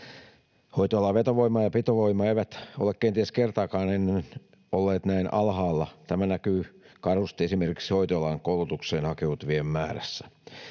Hoitoalan vetovoima ja pitovoima eivät ole kenties kertaakaan ennen olleet näin alhaalla. Tämä näkyy karusti esimerkiksi hoitoalan koulutukseen hakeutuvien määrässä.